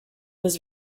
was